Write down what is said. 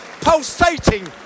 pulsating